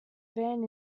van